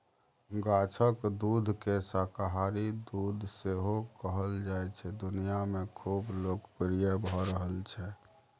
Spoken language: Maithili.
गाछक दुधकेँ शाकाहारी दुध सेहो कहल जाइ छै दुनियाँ मे खुब लोकप्रिय भ रहल छै